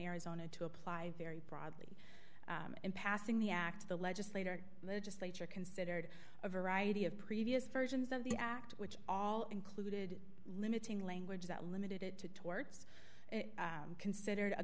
arizona to apply very broadly in passing the act to the legislator legislature considered a variety of previous versions of the act which all included limiting language that limited it to towards considered a